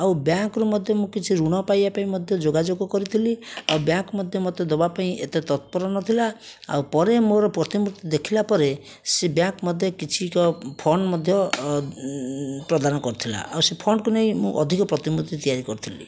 ଆଉ ବ୍ୟାଙ୍କରୁ ମଧ୍ୟ ମୁଁ କିଛି ୠଣ ପାଇବା ପାଇଁ ମଧ୍ୟ ଯୋଗାଯୋଗ କରିଥିଲି ଆଉ ବ୍ୟାଙ୍କ ମଧ୍ୟ ମୋତେ ଦେବା ପାଇଁ ଏତେ ତତ୍ପର ନଥିଲା ଆଉ ପରେ ମୋର ପ୍ରତିମୂର୍ତ୍ତି ଦେଖିଲା ପରେ ସେ ବ୍ୟାଙ୍କ ମୋତେ କିଛି ଏକ ଫଣ୍ଡ ମଧ୍ୟ ପ୍ରଦାନ କରିଥିଲା ଆଉ ସେ ଫଣ୍ଡକୁ ନେଇ ମୁଁ ଅଧିକ ପ୍ରତିମୂର୍ତ୍ତି ତିଆରି କରିଥିଲି